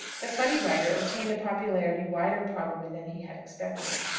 the funny writer obtained a popularity wider probably than he had expected.